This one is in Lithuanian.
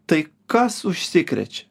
tai kas užsikrečia